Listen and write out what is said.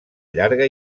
llarga